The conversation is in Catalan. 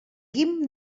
guim